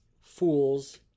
fools